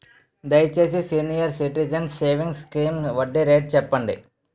దయచేసి senior citizens savings scheme వడ్డీ rate చెప్పండి